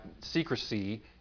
secrecy